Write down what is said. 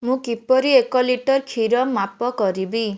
ମୁଁ କିପରି ଏକ ଲିଟର କ୍ଷୀର ମାପ କରିବି